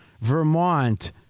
Vermont